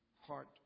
heart